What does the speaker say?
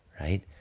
right